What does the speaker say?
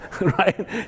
Right